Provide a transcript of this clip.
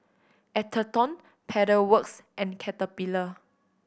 Atherton Pedal Works and Caterpillar